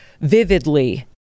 vividly